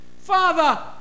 Father